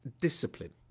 discipline